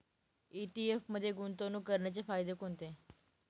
ETF मध्ये गुंतवणूक करण्याचे फायदे कोणते?